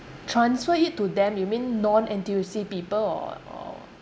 transfer it to them you mean non N_T_U_C people or or